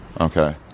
Okay